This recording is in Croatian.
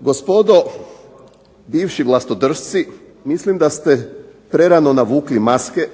gospodo bivši vlastodršci, mislim da ste prerano navukli maske,